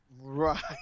Right